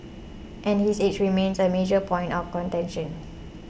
and his age remains a major point of contention